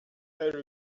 elle